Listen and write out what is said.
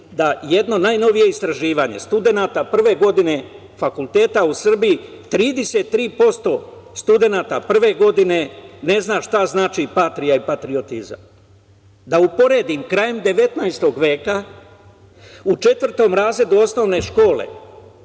da jedno najnovije istraživanje studenata prve godine fakulteta u Srbiji 33% studenata prve godine ne zna šta znači patrija i patriotizam. Da uporedim, krajem 19. veka u četvrtom razredu osnovne škole